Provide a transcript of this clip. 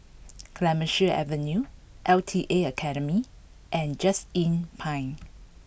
Clemenceau Avenue L T A Academy and Just Inn Pine